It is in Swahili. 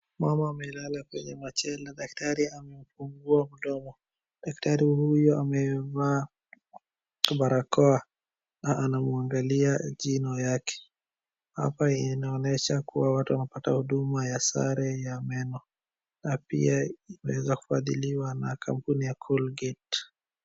Mama amelala kwenye machela, daktari amemfungua mdomo. Daktari huyo amevaa barakoa na anamwangalia jino yake. Hapa inonesha kuwa watu wanapata huduma ya sare ya meno na pia imeweza kufadhiliwa na kampuni ya Colgate.